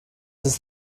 ist